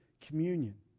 communion